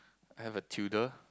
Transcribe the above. I have a tutor